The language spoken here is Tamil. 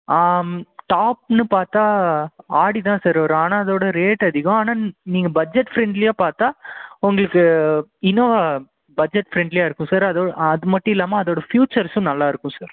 ஆம் டாப்ன்னு பார்த்தா ஆடி தான் சார் வரும் ஆனால் அதோட ரேட் அதிகம் ஆனால் நீங்கள் பட்ஜெட் ஃபிரெண்ட்லியாக பார்த்தா உங்களுக்கு இனோவா பட்ஜெட் ஃபிரெண்ட்லியாக இருக்கும் சார் அதோ அது மட்டும் இல்லாமல் அதோட ஃபியூச்சர்ஸும் நல்லா இருக்கும் சார்